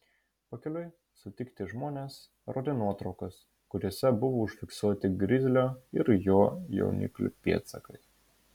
pakeliui sutikti žmonės rodė nuotraukas kuriose buvo užfiksuoti grizlio ir jo jauniklių pėdsakai